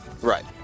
Right